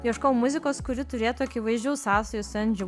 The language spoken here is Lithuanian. ieškojau muzikos kuri turėtų akivaizdžių sąsajų su endžiu vorholu